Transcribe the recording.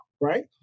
Right